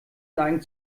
neigen